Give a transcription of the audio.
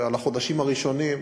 החודשים הראשונים,